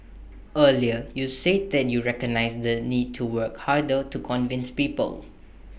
earlier you said that you recognise the need to work harder to convince people